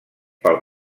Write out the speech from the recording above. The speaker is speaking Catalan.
pel